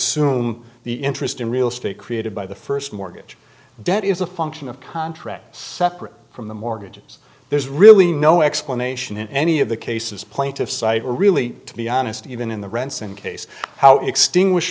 e the interest in real estate created by the first mortgage debt is a function of contract separate from the mortgages there's really no explanation in any of the cases plaintiffs are really to be honest even in the rents in case how extinguish